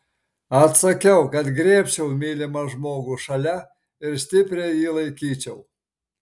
atsakiau kad griebčiau mylimą žmogų šalia ir stipriai jį laikyčiau